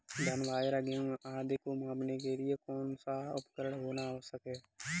धान बाजरा गेहूँ आदि को मापने के लिए कौन सा उपकरण होना आवश्यक है?